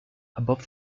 above